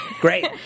Great